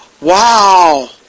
Wow